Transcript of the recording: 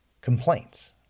complaints